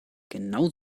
genau